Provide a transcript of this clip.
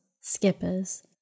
skippers